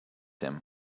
him